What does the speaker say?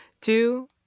two